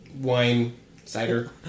wine-cider